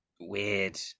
weird